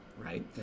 right